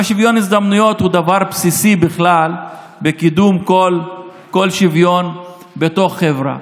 ושוויון הזדמנויות הוא דבר בסיסי בכלל בקידום כל שוויון בתוך חברה.